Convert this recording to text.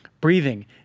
Breathing